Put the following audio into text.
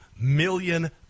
million